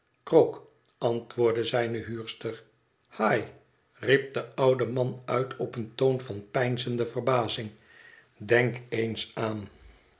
antwoordde zijne huurster hi riep de oude man uit op een toon van peinzende verbazing denk eens aan